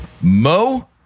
Mo